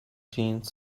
gene